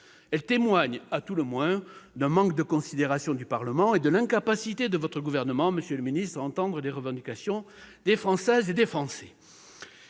Elles témoignent à tout le moins d'un manque de considération du Parlement et de l'incapacité du Gouvernement à entendre les revendications des Françaises et des Français.